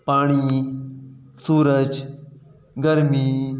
पाणी सूरज गर्मी